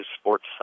sports